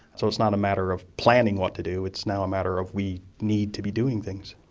so it's not a matter of planning what to do, it's now a matter of we need to be doing things.